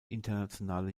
internationale